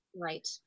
right